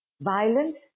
violence